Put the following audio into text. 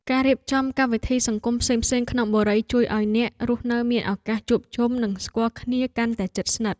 ការរៀបចំកម្មវិធីសង្គមផ្សេងៗក្នុងបុរីជួយឱ្យអ្នករស់នៅមានឱកាសជួបជុំនិងស្គាល់គ្នាកាន់តែជិតស្និទ្ធ។